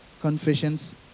confessions